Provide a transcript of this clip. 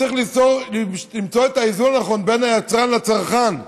צריך למצוא את האיזון הנכון בין היצרן לצרכן,